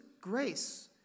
grace